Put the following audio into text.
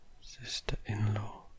sister-in-law